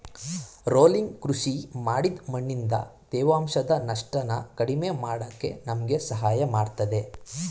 rolling ಕೃಷಿ ಮಾಡಿದ್ ಮಣ್ಣಿಂದ ತೇವಾಂಶದ ನಷ್ಟನ ಕಡಿಮೆ ಮಾಡಕೆ ನಮ್ಗೆ ಸಹಾಯ ಮಾಡ್ತದೆ